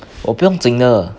我不用紧的